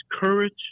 courage